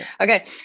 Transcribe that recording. Okay